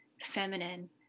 feminine